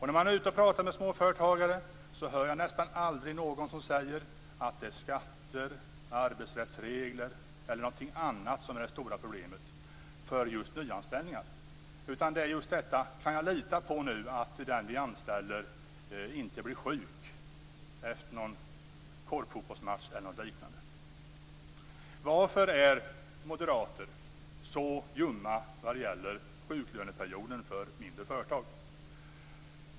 När jag är ute och pratar med småföretagare hör jag nästan aldrig någon som säger att det är skatter, arbetsrättsregler eller någonting sådant som är det stora problemet för nyanställningar, utan det är just detta: Kan jag nu lita på att den vi anställer inte blir sjuk efter någon korpfotbollsmatch eller något liknande? Varför är moderater så ljumma vad gäller sjuklöneperioden för mindre företag?